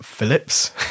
Phillips